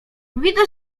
widzę